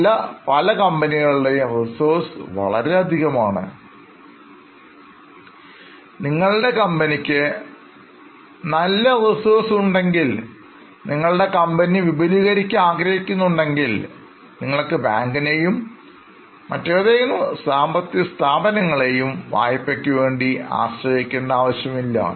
നല്ല പല കമ്പനികളുടെയും Reservesവളരെ അധികമാണ് നിങ്ങളുടെ കമ്പനിക്ക് നല്ല Reserves ഉണ്ടെങ്കിൽ നിങ്ങളുടെ കമ്പനി വിപുലീകരിക്കാൻ ആഗ്രഹിക്കുന്നുണ്ടെങ്കിൽ നിങ്ങൾക്ക് ബാങ്കിനെയും മറ്റേതെങ്കിലും സാമ്പത്തിക സ്ഥാപനങ്ങളെയും വായ്പയ്ക്കു വേണ്ടി ആശ്രയിക്കേണ്ട ആവശ്യമില്ല